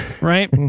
right